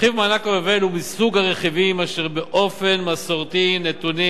רכיב מענק היובל הוא מסוג הרכיבים אשר באופן מסורתי נתונים